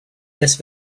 this